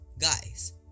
guys